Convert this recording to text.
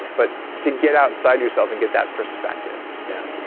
but to get outside yourself and get that perspective? yeah